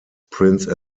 prince